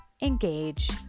engage